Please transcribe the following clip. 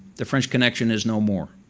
the french connection is no more.